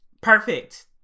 perfect